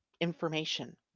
information